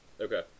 Okay